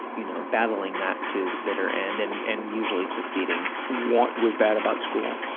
you know, battling that to the bitter end, and and usually succeeding. what was bad about school?